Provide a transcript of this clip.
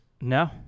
No